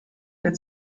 der